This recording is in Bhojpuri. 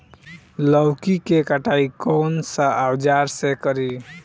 लौकी के कटाई कौन सा औजार से करी?